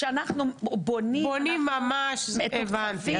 אנחנו בונים ומתוקצבים